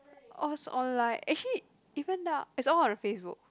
all is online actually even now it's all on the Facebook